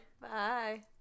Bye